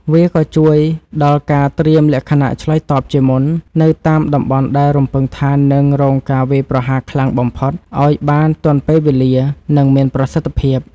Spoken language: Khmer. វាក៏ជួយដល់ការត្រៀមលក្ខណៈឆ្លើយតបជាមុន នៅតាមតំបន់ដែលរំពឹងថានឹងរងការវាយប្រហារខ្លាំងបំផុត ឱ្យបានទាន់ពេលវេលា និងមានប្រសិទ្ធភាព។